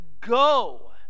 go